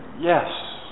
yes